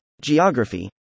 Geography